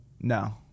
No